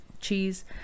cheese